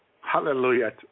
hallelujah